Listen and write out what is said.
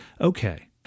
Okay